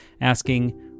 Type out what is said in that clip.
asking